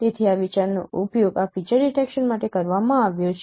તેથી આ વિચારનો ઉપયોગ આ ફીચર ડિટેકશન માટે કરવામાં આવ્યો છે